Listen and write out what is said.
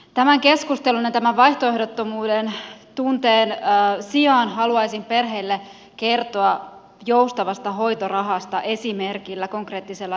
tämän keskustelun ja tämän vaihtoehdottomuuden tunteen sijaan haluaisin perheille kertoa joustavasta hoitorahasta konkreettisella esimerkillä